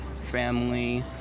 family